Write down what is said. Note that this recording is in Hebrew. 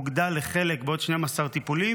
הוגדל לחלק בעוד 12 טיפולים,